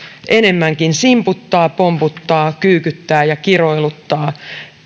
enemmänkin simputtaa pompottaa kyykyttää ja kiroiluttaa